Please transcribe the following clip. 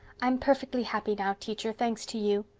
i'm perfectly happy now, teacher, thanks to you.